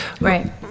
Right